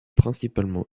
principalement